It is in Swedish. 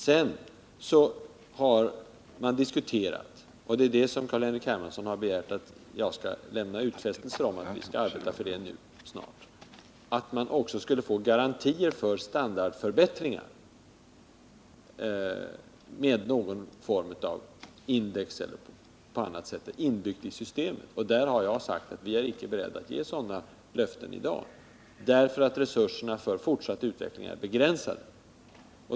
Sedan har man diskuterat garantier för standardförbättringar med någon form av index eller liknande inbyggt i systemet — och Carl-Henrik Hermansson har begärt att jag skall lämna utfästelser om att vi skall arbeta för det. Jag har sagt att vi inte är beredda att ge sådana löften i dag, därför att resurserna för fortsatt utveckling är begränsade.